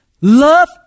Love